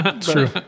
true